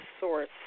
source